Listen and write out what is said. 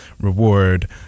reward